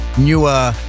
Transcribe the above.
newer